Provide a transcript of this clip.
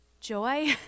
joy